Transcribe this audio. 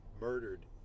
murdered